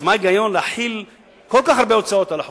אז מה ההיגיון להחיל כל כך הרבה הוצאות על החולים?